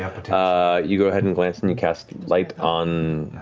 yeah but you go ahead and glance and you cast light on?